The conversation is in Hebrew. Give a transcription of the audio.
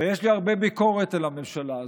ויש לי הרבה ביקורת על הממשלה הזו.